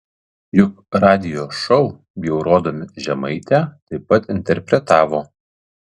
juk radijo šou bjaurodami žemaitę taip pat interpretavo